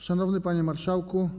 Szanowny Panie Marszałku!